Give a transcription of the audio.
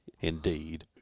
Indeed